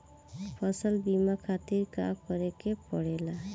फसल बीमा खातिर का करे के पड़ेला?